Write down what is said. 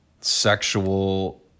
sexual